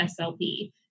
SLP